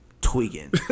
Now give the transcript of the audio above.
Tweaking